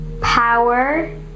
Power